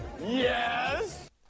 Yes